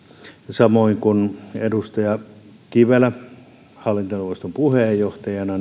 samoin kuin edustaja kivelälle hallintoneuvoston puheenjohtajana